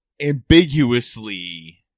ambiguously